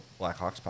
blackhawks